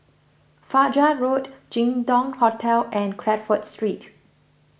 Fajar Road Jin Dong Hotel and Crawford Street